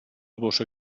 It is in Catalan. bossa